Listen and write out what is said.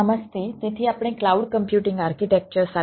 નમસ્તે તેથી આપણે ક્લાઉડ કમ્પ્યુટિંગ કરી શકે છે